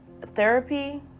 therapy